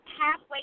halfway